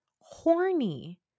horny